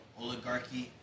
oligarchy